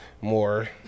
more